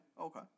Okay